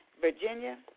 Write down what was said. Virginia